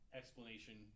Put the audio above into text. explanation